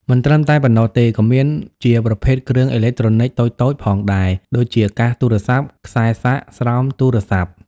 មិនត្រឹមតែប៉ុណ្ណោះទេក៏មានជាប្រភេទគ្រឿងអេឡិចត្រូនិចតូចៗផងដែរដូចជា កាសទូរស័ព្ទ ខ្សែសាក ស្រោមទូរស័ព្ទ ។